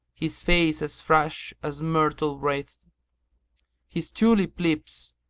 his face as fresh as myrtle wreath his tulip lips,